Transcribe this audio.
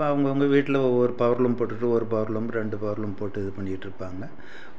இப்போ அவங்க அவங்க வீட்டில ஒவ்வொரு பவர்லூம் போட்டுட்டு ஒரு பவர்லூம் ரெண்டு பவர்லூம் போட்டு இது பண்ணிட்டு இருப்பாங்க